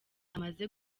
amaze